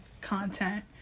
content